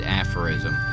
aphorism